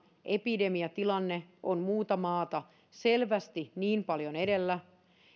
epidemiatilanne on muuta maata selvästi niin paljon edellä